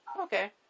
Okay